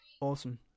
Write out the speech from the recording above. Awesome